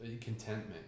contentment